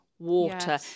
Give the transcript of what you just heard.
water